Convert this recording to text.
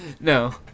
No